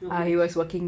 not much